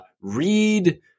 read